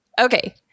okay